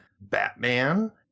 Batman